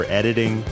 editing